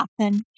happen